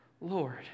Lord